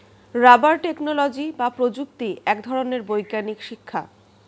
rubber technology বা প্রযুক্তি এক ধরনের বৈজ্ঞানিক শিক্ষা